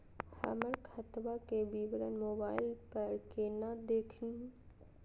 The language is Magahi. हमर खतवा के विवरण मोबाईल पर केना देखिन?